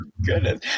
goodness